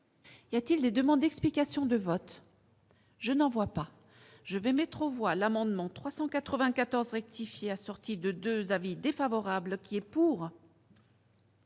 Y a-t-il des demandes, explications de vote. Je n'en vois pas je vais mettre au voile, amendement 394 rectifier assorti de 2 avis défavorables qui est pour.